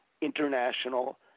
international